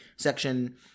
Section